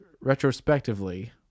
retrospectively